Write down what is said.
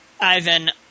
Ivan